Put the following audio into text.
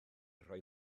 rhoi